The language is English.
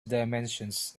dimensions